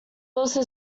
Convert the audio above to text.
also